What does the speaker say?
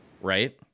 right